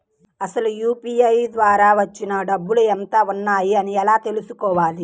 అసలు యూ.పీ.ఐ ద్వార వచ్చిన డబ్బులు ఎంత వున్నాయి అని ఎలా తెలుసుకోవాలి?